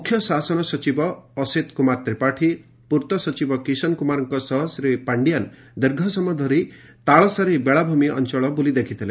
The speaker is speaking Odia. ମୁଖ୍ୟଶାସନ ସଚିବ ଅସିତ କୁମାର ତ୍ରିପାଠୀ ପୂର୍ତ୍ତ ସଚିବ କିଷନ କୁମାରଙ୍କ ସହ ଶ୍ରୀ ପାଣ୍ଡିଆନ ଦୀର୍ଘ ସମୟ ଧରି ତାଳସାରୀ ବେଳାଭ୍ରମି ଅଅଳ ବୁଲି ଦେଖିଥିଲେ